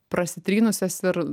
prasitrynusias ir